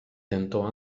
tentò